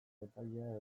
epaia